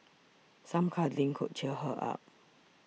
some cuddling could cheer her up